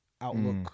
outlook